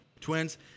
twins